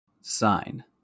Sign